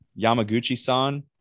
yamaguchi-san